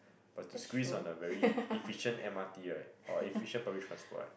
but to squeeze on a very efficient M_R_T right or efficient public transport right